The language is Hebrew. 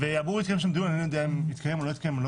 ואני לא יודע אם התקיים שם דיון או לא,